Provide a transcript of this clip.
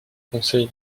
conseil